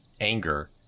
anger